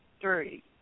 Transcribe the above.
three